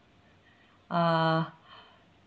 uh